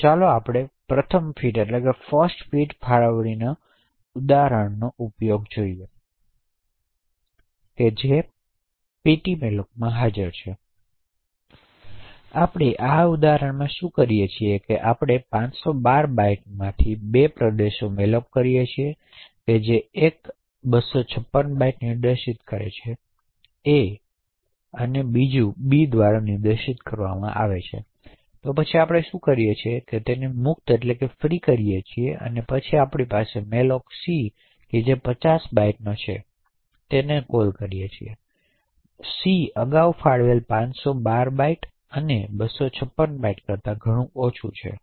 તો ચાલો આપણે પ્રથમ ફીટ ફાળવણીના ઉપયોગનું ઉદાહરણ જોઈએ જે પેટીમોલોકમાં હાજર છે તેથી આપણે આ ઉદાહરણમાં શું કરીએ છીએ કે આપણે 512 બાઇટ્સમાંથી 2 પ્રદેશો મેલોક કરીએ છીએ જે એક અને 256 બાઇટ્સ દ્વારા નિર્દેશિત છે બી દ્વારા નિર્દેશ કરવામાં આવે છે તો પછી આપણે શું કરીએ છીએ તે મુક્ત કરીએ છીએ અને આપણે મેલોક સી કે જે 50 બાઇટ્સની છે નોંધ લે છે કે સી અગાઉ ફાળવેલ 512 બાઇટ્સ અને 256 બાઇટ્સ કરતા ઘણું ઓછું છે